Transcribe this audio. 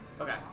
Okay